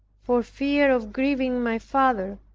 for fear of grieving my father,